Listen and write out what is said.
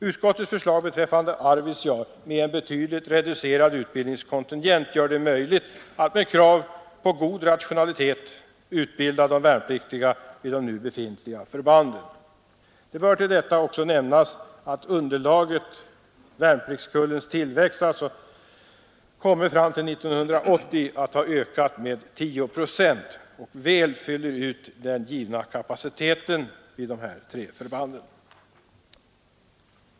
Utskottets förslag beträffande Arvidsjaur med en betydligt reducerad utbildningskontingent gör det möjligt att med krav på god rationalitet utbilda de värnpliktiga vid befintliga förband. Det bör till detta också nämnas att underlaget — värnpliktkullens tillväxt alltså — kommer fram till 1980 att ha ökats med 10 procent och väl fylla ut den givna kapaciteten vid de här tre förbanden.